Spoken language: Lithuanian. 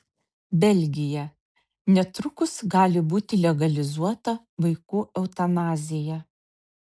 belgija netrukus gali būti legalizuota vaikų eutanazija